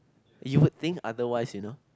you would think otherwise you know